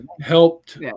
helped